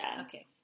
Okay